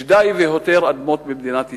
יש די והותר אדמות במדינת ישראל,